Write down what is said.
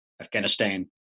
Afghanistan